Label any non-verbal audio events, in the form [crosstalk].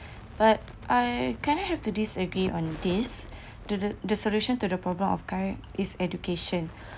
[breath] but I kind of have to disagree on this [breath] to the solution to the problem of current is education